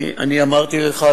אני אמרתי לך,